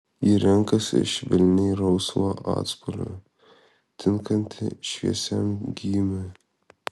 ji renkasi švelniai rausvą atspalvį tinkantį šviesiam gymiui